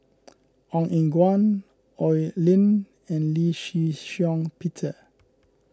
Ong Eng Guan Oi Lin and Lee Shih Shiong Peter